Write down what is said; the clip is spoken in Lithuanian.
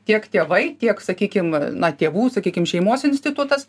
tiek tėvai tiek sakykim na tėvų sakykim šeimos institutas